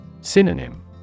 Synonym